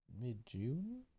Mid-June